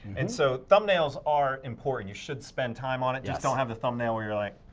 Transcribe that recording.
and so thumbnails are important. you should spend time on it, just don't have the thumbnail where you're like.